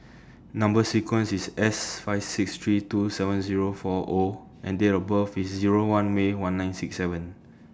Number sequence IS S five six three two seven Zero four O and Date of birth IS Zero one May one nine six seven